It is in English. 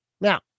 Now